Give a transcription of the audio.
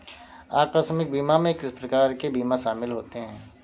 आकस्मिक बीमा में किस प्रकार के बीमा शामिल होते हैं?